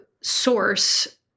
source